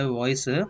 voice